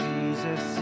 Jesus